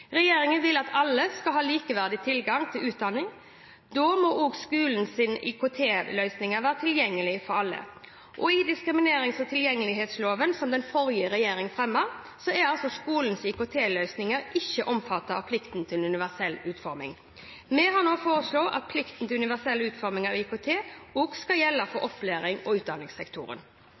Regjeringen vil at alle skal ha likeverdig tilgang til utdanning. Da må også skolens IKT-løsninger være tilgjengelige for alle. I diskriminerings- og tilgjengelighetsloven, som den forrige regjeringen fremmet, er skolenes IKT-løsninger ikke omfattet av plikten til universell utforming. Vi har nå foreslått at plikten til universell utforming av IKT også skal gjelde for opplærings- og utdanningssektoren.